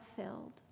filled